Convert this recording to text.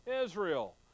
Israel